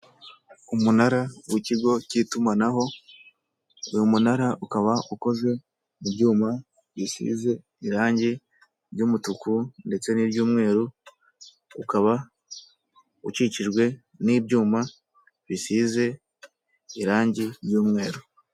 Umunara w'ikigo k'itumanaho, uyu munara ukaba ukozwe mu byuma bisize irangi ry'umutuku ndetse n'iry'umweru, ukaba ukikijwe n'ibyuma bisize irangi ry'umweru.